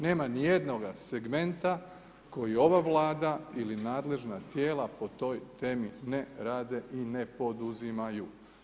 Nema ni jednoga segmenta koji ova Vlada ili nadležna tijela po toj temi ne rade i ne poduzimaju.